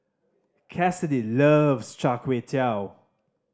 Cassidy loves Char Kway Teow